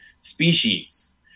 species